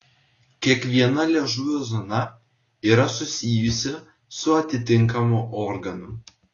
kiekviena liežuvio zona yra susijusi su atitinkamu organu